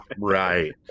right